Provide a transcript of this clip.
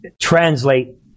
translate